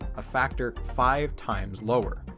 a factor five times lower.